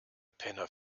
penner